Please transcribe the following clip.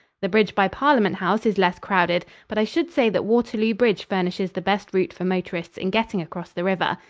the bridge by parliament house is less crowded, but i should say that waterloo bridge furnishes the best route for motorists in getting across the river.